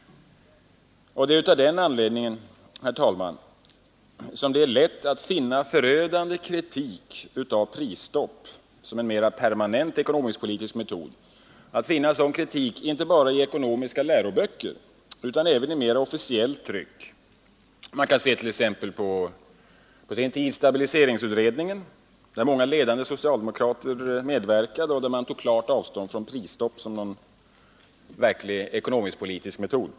Det är av den anledningen, herr talman, lätt att finna förödande kritik av prisstopp som en mera permanent ekonomisk-politisk metod, inte bara i läroböcker i ekonomi utan även i mera officiellt tryck. Man kan t.ex. se att stabiliseringsutredningen, där många ledande socialdemokrater medverkade, på sin tid tog klart avstånd från prisstopp som ekonomisk-politisk metod.